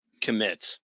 commit